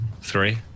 Three